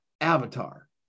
avatar